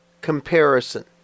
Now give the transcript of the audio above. comparison